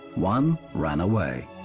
one ran away.